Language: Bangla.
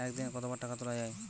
একদিনে কতবার টাকা তোলা য়ায়?